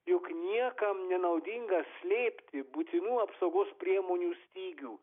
juk niekam nenaudinga slėpti būtinų apsaugos priemonių stygių